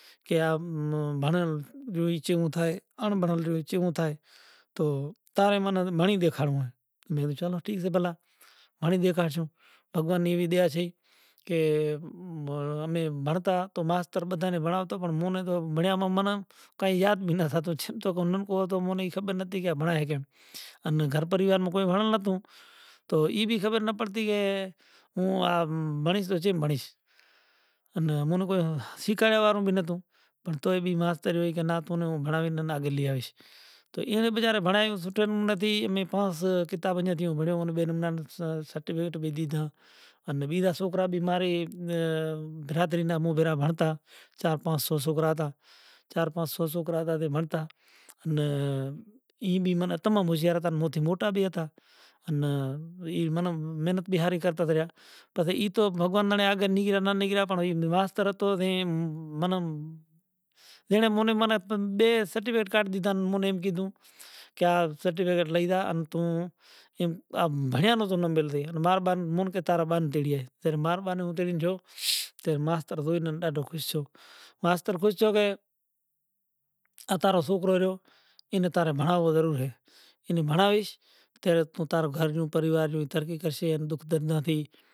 کہ ام بھنڑول رہی چیوں تھائے ان بھنڑول رہی چیوں تھائے تو تارے من بھنڑین دیکھاڑؤں ھے تو میں بھی چلوں ٹھیک سے پہیلا بھنڑین دیکھاڑشوں۔ بھگوان نی ایوی دیا تھی کہ امے بھنڑتا تو ماستر بدھین بھنڑاوتوں تو مونے تو بھنڑیاوا من کئی یاد بھی نہ تھا توں چیم تو نم کو ھوتو مونے اے خبر نتھی کہ بھمڑاوے کیم کہ گھر پریوار موں کوئی بھنڑل نتوں تو ای بھی خبر نہ پڑتی کہ موں آ بھنڑیچ کہ چیم بھنڑینچ۔ ان مونے کوئی شیکھڑیا وارو نتوں۔ پڑں توئے بھی ماستر کہے کہ نہ توں بھنڑایش آگل لیاوش۔ تو اینا بیچارے بھنڑاین سوٹھوں نتھی مے پاس کتاب جا بھنڑیوں کہ بیرے نام سرزٹیفیکیٹ بھی دھیدا۔ انے بیجا سوکرا بھی ماری بیرادری نا موں بھیگا بھنڑتا چار پانچسوں سوکرا ھتا۔ چار پانچسوں سوکرا ھتا تے بھنڑتا۔ انا ای بھی من تمار موشیار ھتا موں تے موٹا نھی ھتا۔ انا ای بھی من محنت بھی ھاری کرتا رہیا۔ پس ای تو بھگوان بنا آگڑ نی گرا توں نی گرا واستو چھو اے منم۔ جے مونے منم بہ سرٹیفیکیٹ کاڈھ دھیتا مونے ایم کیدھوں کہ آ سرٹیفیکیٹ لئی جا ان توں ایم بھنگاڑیا ھتو تو مل رہی ہے اور بار بار مون کہ تا کہ تارا بھا نہ تیڑیے تے بار بار اوترینیجو تے ماستر جوین اتنا خوش دیشو ماستر خوش ھووے- آتارو سوکرا رہیو انا تارے بھنڑاوا ضرور ھووے انے بھنڑایش توں تارے گھر نو پریوار ترقی کشے اور دکھ درد نتھی۔